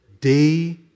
day